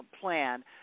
plan